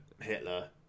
Hitler